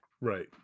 Right